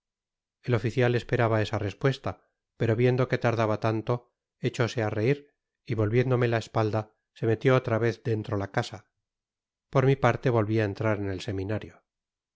et oficial esperaba esa respuesta pero viendo que tardaba tanto echóse á reir y volviéndome la espalda se metió otra vez dentro la casa por mi parte volvi á entrar en el seminario